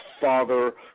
father